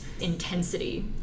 intensity